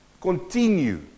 continue